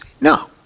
No